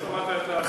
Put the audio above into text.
עוד לא שמעת,